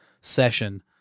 session